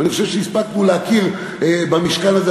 ואני חושב שהספקנו להכיר במשכן הזה,